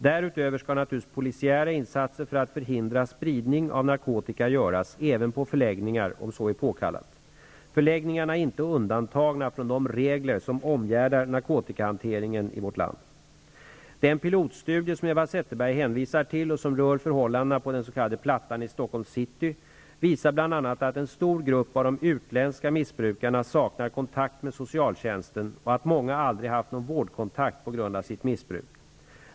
Därutöver skall naturligtvis polisiära insatser för att förhindra spridning av narkotika göras även på förläggningar, om så är påkallat. Förläggningarna är inte undantagna från de regler som omgärdar narkotikahanteringen i vårt land. Den pilotstudie som Eva Zetterberg hänvisar till och som rör förhållanden på den s.k. Plattan i Stocholms city visar bl.a. att en stor grupp av de utländska missbrukarna saknar kontakt med socialtjänsten och att många aldrig haft någon vårdkontakt på grund av sitt missbruk.